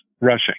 rushing